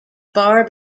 far